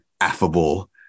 affable